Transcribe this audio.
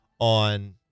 on